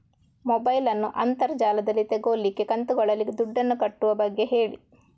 mobile ನ್ನು ಅಂತರ್ ಜಾಲದಲ್ಲಿ ತೆಗೋಲಿಕ್ಕೆ ಕಂತುಗಳಲ್ಲಿ ದುಡ್ಡನ್ನು ಕಟ್ಟುವ ಬಗ್ಗೆ ಹೇಳಿ